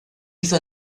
hizo